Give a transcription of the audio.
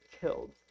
killed